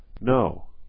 No